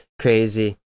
Crazy